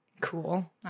Cool